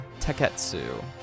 Teketsu